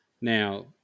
Now